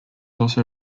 also